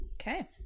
Okay